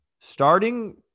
Starting